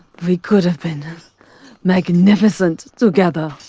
we could have been magnificent together!